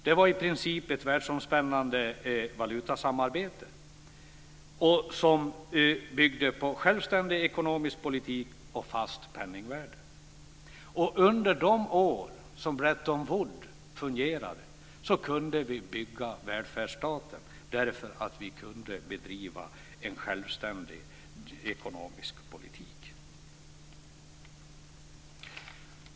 Det var i princip ett världsomspännande valutasamarbete som byggde på självständig ekonomisk politik och fast penningvärde. Under de år som Bretton Woods fungerade kunde vi bygga välfärdsstaten, därför att vi kunde bedriva en självständig ekonomisk politik.